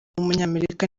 w’umunyamerika